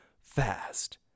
fast